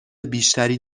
بیشتری